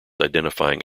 identifying